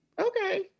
okay